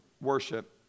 worship